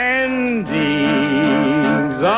endings